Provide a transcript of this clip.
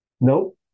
Nope